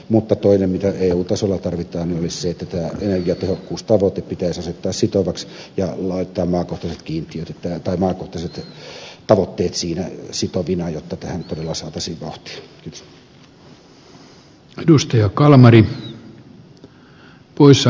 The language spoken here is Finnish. mutta toinen mitä eu tasolla tarvitaan olisi se että energiatehokkuustavoite pitäisi asettaa sitovaksi ja laittaa maakohtaiset tavoitteet sitovina jotta tähän todella saataisiin vauhtia